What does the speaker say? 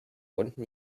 unten